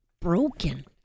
broken